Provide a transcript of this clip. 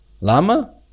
Lama